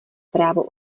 právo